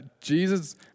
Jesus